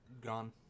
Gone